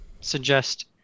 suggest